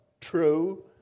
true